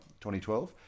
2012